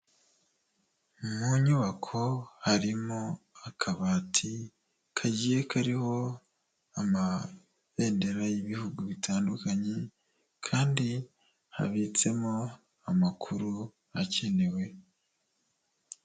Mu nyubako harimo akabati kagiye kariho amabendera y'ibihugu bitandukanye kandi habitsemo amakuru akenewe.